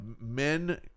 men